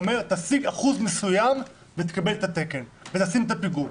הוא אומר תשיג אחוז מסוים ותקבל את התקן ותשים את הפיגום.